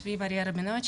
שמי מריה רבינוביץ,